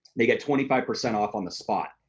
they get twenty five percent off on the spot,